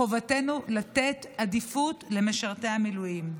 חובתנו לתת עדיפות למשרתי המילואים,